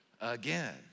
again